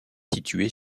située